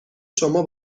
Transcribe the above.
شما